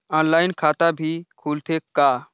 Online खाता भी खुलथे का?